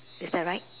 is that right